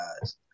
guys